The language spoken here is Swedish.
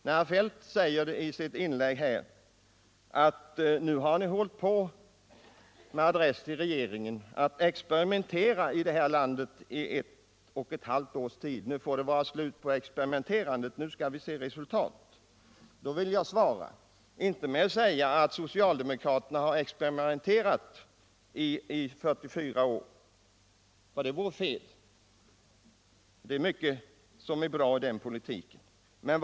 Herr Feldt säger i sitt inlägg med adress till regeringen att ”nu har ni hållit på-att experimentera i detta land i ett och ett halvt års tid, nu får det vara slut med experimenterandet, nu skall vi se resultat”. Det vore fel av mig att svara att socialdemokraterna har experimenterat i 44 år, för det är mycket som är bra i den socialdemokratiska politiken.